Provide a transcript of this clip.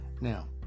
Now